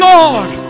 Lord